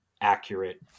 accurate